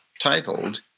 titled